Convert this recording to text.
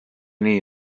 nii